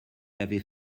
l’avez